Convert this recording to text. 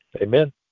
Amen